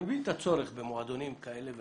אני מבין את הצורך במועדונים כאלה ואחרים,